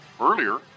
Earlier